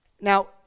Now